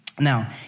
Now